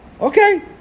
okay